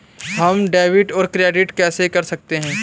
हम डेबिटऔर क्रेडिट कैसे कर सकते हैं?